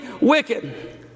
wicked